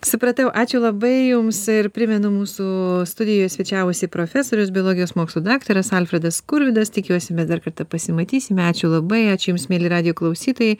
supratau ačiū labai jums primenu mūsų studijoje svečiavosi profesorius biologijos mokslų daktaras alfredas skurvydas tikiuosi mes dar kartą pasimatysime ačiū labai ačiū jums mieli radijo klausytojai